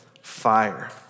fire